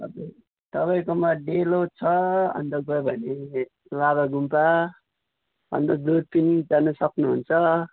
तपाईँकोमा डेलो छ अन्त गयो भने लाभा गुम्पा अन्त दुर्पिन जान सक्नुहुन्छ